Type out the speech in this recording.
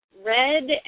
red